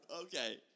Okay